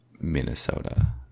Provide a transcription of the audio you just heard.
Minnesota